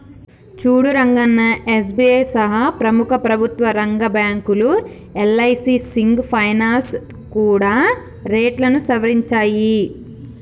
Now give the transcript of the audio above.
సూడు రంగన్నా ఎస్.బి.ఐ సహా ప్రముఖ ప్రభుత్వ రంగ బ్యాంకులు యల్.ఐ.సి సింగ్ ఫైనాల్స్ కూడా రేట్లను సవరించాయి